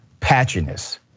patchiness